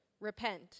repent